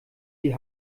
die